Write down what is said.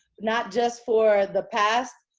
not just for the past,